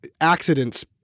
accidents